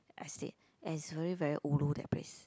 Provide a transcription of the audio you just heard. estate and is really very ulu that place